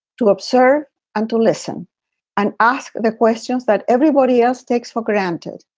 to observe and to listen and ask the questions that everybody else takes for granted.